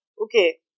Okay